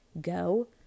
go